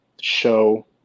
show